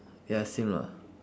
ya same lah